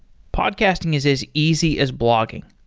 podcasting is as easy as blogging.